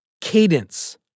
cadence